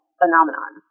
phenomenon